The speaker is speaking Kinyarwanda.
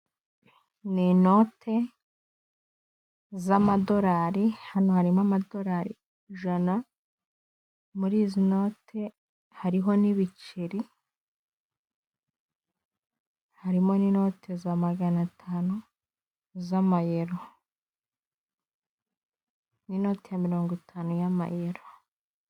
Ni inote z'amadorali hano harimo amadorari ijana muri izi note hariho n'ibiceri, harimo n'inote za magana atanu z'amayero n'inote ya mirongo itanu y'amayero.